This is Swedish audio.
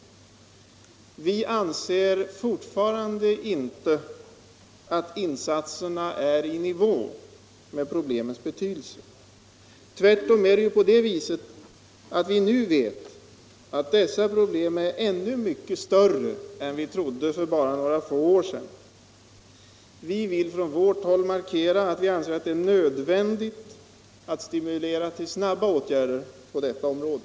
Vi anser fortfarande att insatserna inte ligger i nivå med problemens betydelse. Tvärtom vet vi att dessa problem är ännu mycket större än vi trodde för bara några få år sedan. Vi vill från vårt håll markera att vi anser det nödvändigt att . stimulera snabba åtgärder på detta område.